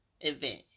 event